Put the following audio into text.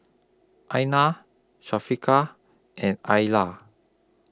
Aina and